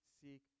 seek